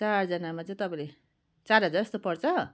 चारजनामा चाहिँ तपाईँले चार हजार जस्तो पर्छ